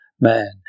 man